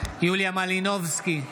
יוליה מלינובסקי,